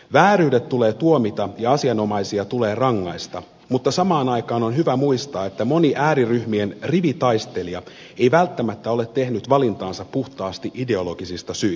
vääryydet tulee tuomita ja asianomaisia tulee rangaista mutta samaan aikaan on hyvä muistaa että moni ääriryhmien rivitaistelija ei välttämättä ole tehnyt valintaansa puhtaasti ideologisista syistä